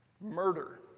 Murder